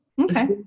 Okay